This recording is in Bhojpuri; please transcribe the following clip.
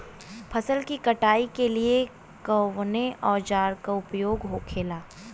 फसल की कटाई के लिए कवने औजार को उपयोग हो खेला?